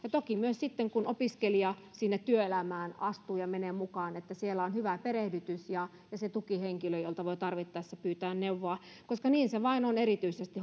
toki myös sitten kun opiskelija sinne työelämään astuu ja menee mukaan niin siellä olisi oltava hyvä perehdytys ja tukihenkilö jolta voi tarvittaessa pyytää neuvoa koska niin se vain on erityisesti